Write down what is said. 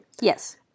Yes